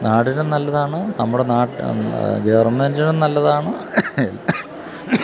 നാടിനും നല്ലതാണ് നമ്മുടെ ഗവർമെൻറ്റിനും നല്ലതാണ്